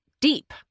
deep